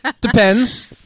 Depends